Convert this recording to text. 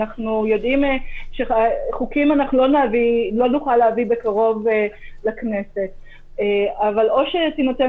אנחנו יודעים שלא נוכל להביא בקרוב חוקים לכנסת; אבל או שתינתן